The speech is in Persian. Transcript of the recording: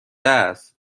است